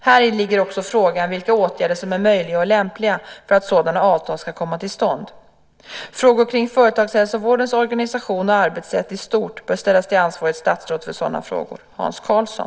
Häri ligger också frågan om vilka åtgärder som är möjliga och lämpliga för att sådana avtal ska komma till stånd. Frågor kring företagshälsovårdens organisation och arbetssätt i stort bör ställas till ansvarigt statsråd för sådana frågor, Hans Karlsson.